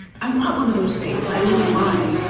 i want one of those things i don't know why.